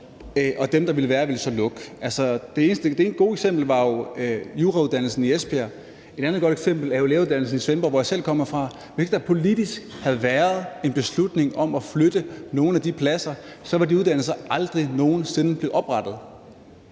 og dem, der ville være blevet det, ville så lukke. Altså, det eneste gode eksempel var jurauddannelsen i Esbjerg. Et andet godt eksempel er læreruddannelsen i Svendborg, hvor jeg selv kommer fra. Hvis der ikke politisk havde været en beslutning om at flytte nogle af de pladser, var de uddannelser aldrig nogen sinde blevet oprettet.